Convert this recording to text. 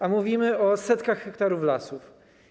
A mówimy o setkach hektarów lasów.